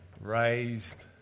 Raised